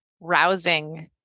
rousing